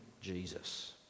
Jesus